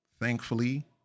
Thankfully